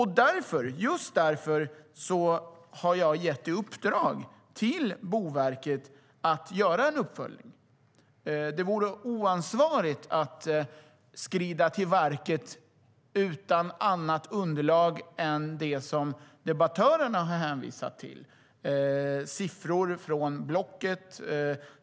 Just därför har jag gett i uppdrag till Boverket att göra en uppföljning. Det vore oansvarigt att skrida till verket utan annat underlag än det debattörerna har hänvisat till, det vill säga siffror från Blocket.